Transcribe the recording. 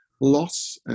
loss